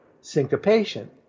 syncopation